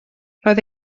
roedd